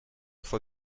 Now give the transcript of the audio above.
fue